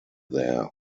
there